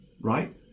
right